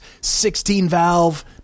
16-valve